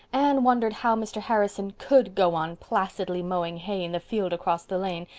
anne wondered how mr. harrison could go on placidly mowing hay in the field across the lane,